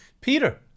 Peter